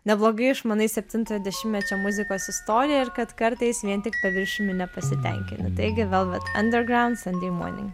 neblogai išmanai septintojo dešimtmečio muzikos istoriją ir kad kartais vien tik paviršiumi nepasitenkini taigi velvet underground sunday morning